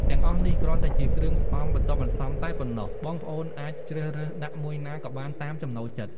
ទាំងអស់នេះគ្រាន់តែជាគ្រឿងផ្សំបន្ទាប់បន្សំតែប៉ុណ្ណោះ បងប្អូនអាចជ្រើសរើសដាក់មួយណាក៏បានតាមចំណូលចិត្ត។